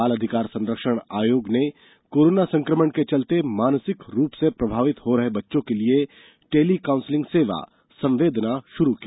बाल अधिकार संरक्षण आयोग ने कोरोना संकमण के चलते मानसिक रूप से प्रभावित हो रहे बच्चों के लिए टेली काउंसलिंग सेवा संवेदना शुरू की